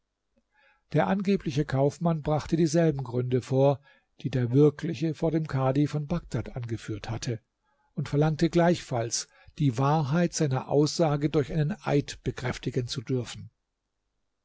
der angebliche kaufmann brachte dieselben gründe vor die der wirkliche vor dem kadhi von bagdad angeführt hatte und verlangte gleichfalls die wahrheit seiner aussage durch einen eid bekräftigen zu dürfen